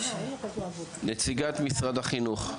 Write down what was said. נציגת משרד החינוך.